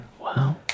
Wow